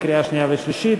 לקריאה שנייה ושלישית.